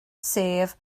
sef